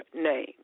name